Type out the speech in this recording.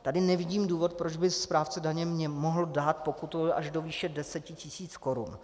Tady nevidím důvod, proč by správce daně mohl dát pokutu až do výše 10 tisíc korun.